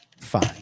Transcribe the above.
fine